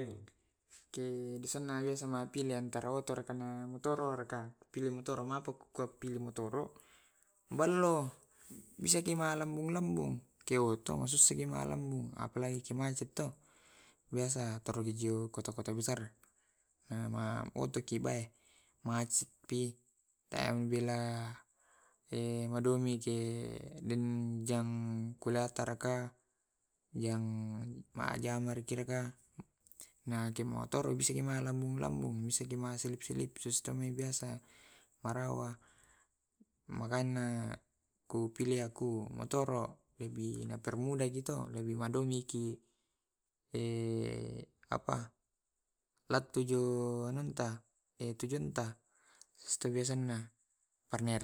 Ke biasana mappili antara motor. Maki kupilih motor bisaki mallambung lambung, ke oto masusaki mallambung apalagi ko macet to. Apalagi ko kota-kota besar nhama moto ki bai macetpi, tea bela madumi ce den jam kulataraka yang majamarakiraka nagemotor bisaki malambung lambung bisaki maselip selip, sistem biasa warawa magaenna ku pilih yakku motoro lebih mudahki to lebih madongiki apa lattuju anunta di tujuanta situ biasanna parner.